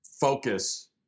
focus